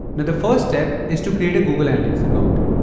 the the first step is to create a google analytics account